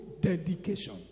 dedication